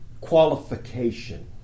qualification